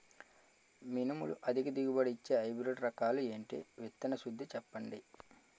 మినుములు అధిక దిగుబడి ఇచ్చే హైబ్రిడ్ రకాలు ఏంటి? విత్తన శుద్ధి చెప్పండి?